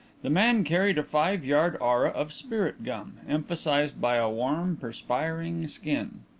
the man carried a five-yard aura of spirit gum, emphasized by a warm, perspiring skin.